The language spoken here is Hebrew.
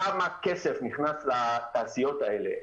כמה כסף נכנס לתעשיות האלה,